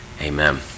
amen